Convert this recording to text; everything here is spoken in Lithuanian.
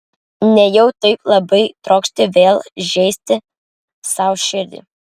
nejau taip labai trokšti vėl žeisti sau širdį